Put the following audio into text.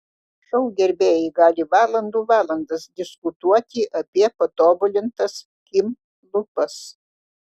šou gerbėjai gali valandų valandas diskutuoti apie patobulintas kim lūpas